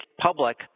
public